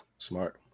smart